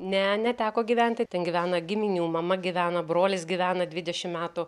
ne neteko gyventi ten gyvena giminių mama gyvena brolis gyvena dvidešim metų